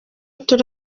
turi